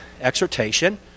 exhortation